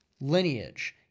lineage